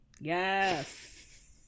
yes